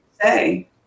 Say